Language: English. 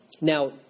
Now